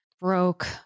broke